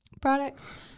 products